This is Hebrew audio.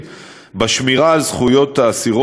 הכלואות,